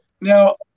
Now